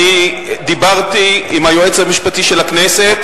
דיברתי עם היועץ המשפטי של הכנסת,